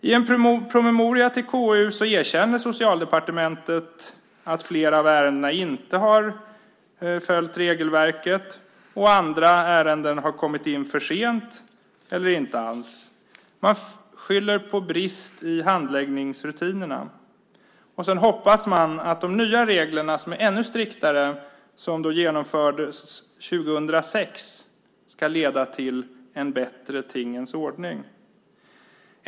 I en promemoria till KU erkänner Socialdepartementet att flera av ärendena inte har följt regelverket. Andra ärenden har kommit in för sent eller inte alls. Man skyller på brist i handläggningsrutinerna. Man hoppas att de nya reglerna, som är ännu striktare och som genomfördes 2006, ska leda till en bättre tingens ordning.